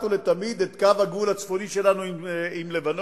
ולתמיד את קו הגבול הצפוני שלנו עם לבנון.